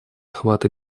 охват